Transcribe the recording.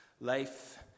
life